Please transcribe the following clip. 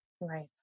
Right